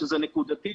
שזה נקודתית,